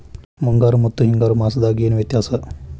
ಮುಂಗಾರು ಮತ್ತ ಹಿಂಗಾರು ಮಾಸದಾಗ ಏನ್ ವ್ಯತ್ಯಾಸ?